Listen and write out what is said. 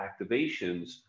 activations